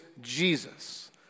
Jesus